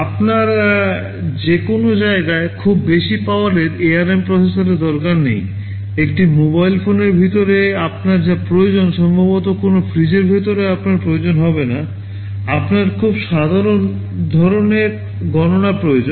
আপনার যেকোন জায়গায় খুব বেশি পাওয়ারের ARM প্রসেসরের দরকার নেই একটি মোবাইল ফোনের ভিতরে আপনার যা প্রয়োজন সম্ভবত কোনও ফ্রিজের ভিতরে আপনার প্রয়োজন হবে না আপনার খুব সাধারণ ধরণের গণনা প্রয়োজন